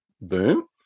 boom